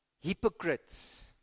hypocrites